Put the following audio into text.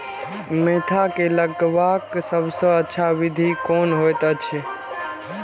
Mentha के लगवाक सबसँ अच्छा विधि कोन होयत अछि?